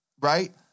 right